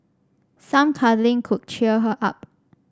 some cuddling could cheer her up